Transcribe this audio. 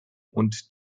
und